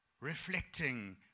reflecting